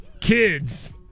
Kids